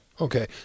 Okay